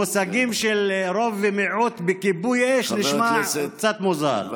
אז מושגים של רוב ומיעוט בכיבוי אש זה נשמע קצת מוזר.